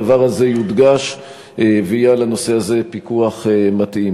הדבר הזה יודגש ויהיה על הנושא הזה פיקוח מתאים.